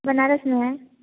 बनारस में है